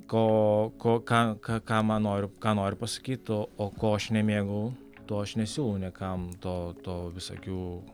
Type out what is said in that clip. ko ko ką ką ką manau ir ką noriu pasakyt o o ko aš nemėgau to aš nesiūlau niekam to to visokių